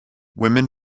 women